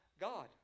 God